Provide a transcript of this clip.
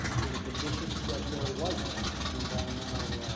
to the conditions that there was an environmental